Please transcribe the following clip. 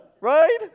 right